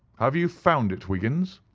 have you found it, wiggins?